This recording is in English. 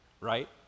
right